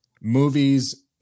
movies